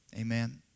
Amen